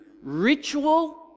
ritual